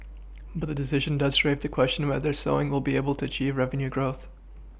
but the decision does raise the question whether Sewing will be able to achieve revenue growth